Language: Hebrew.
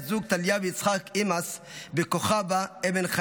טליה ויצחק אימס וכוכבה אבן חיים ז"ל.